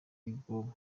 y’ubwonko